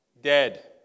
Dead